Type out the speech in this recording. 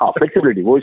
flexibility